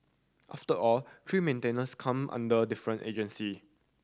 after all tree maintenance come under different agency